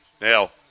Now